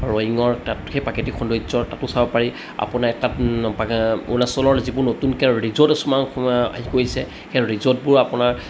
ৰয়িঙৰ তাত সেই প্ৰাকৃতিক সৌন্দৰ্য্য়ৰ তাতো চাব পাৰি আপোনাৰ তাত অৰুণাচলৰ যিবোৰ নতুনকৈ ৰিজৰ্ট হেৰি কৰিছে সেই ৰিজৰ্টবোৰ আপোনাৰ